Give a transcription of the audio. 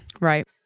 Right